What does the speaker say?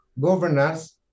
governors